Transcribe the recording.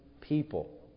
people